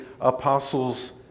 apostles